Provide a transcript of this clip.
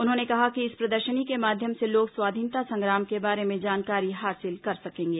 उन्होंने कहा कि इस प्रदर्शनी के माध्यम से लोग स्वाधीनता संग्राम के बारे में जानकारी हासिल कर सकेंगे